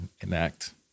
enact